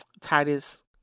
Titus